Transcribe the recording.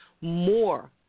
more